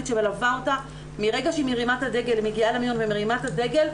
שמלווה אותה מהרגע שהיא מגיעה למיון ומרימה את הדגל,